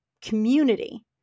community